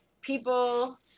people